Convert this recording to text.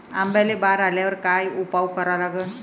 आंब्याले बार आल्यावर काय उपाव करा लागते?